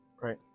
right